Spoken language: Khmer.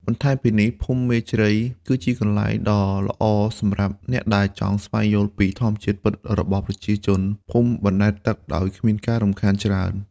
បន្ថែមពីនេះភូមិមេជ្រៃ គឺជាកន្លែងដ៏ល្អសម្រាប់អ្នកដែលចង់ស្វែងយល់ពីជីវិតពិតរបស់ប្រជាជនភូមិបណ្តែតទឹកដោយគ្មានការរំខានច្រើន។